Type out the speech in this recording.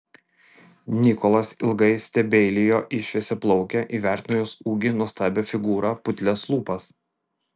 nikolas ilgai stebeilijo į šviesiaplaukę įvertino jos ūgį nuostabią figūrą putlias lūpas